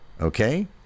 okay